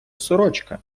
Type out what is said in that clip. сорочка